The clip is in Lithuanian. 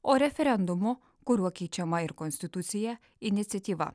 o referendumu kuriuo keičiama ir konstitucija iniciatyva